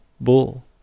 bull